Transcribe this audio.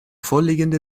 vorliegende